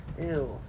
Ew